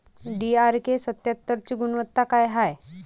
DRK सत्यात्तरची गुनवत्ता काय हाय?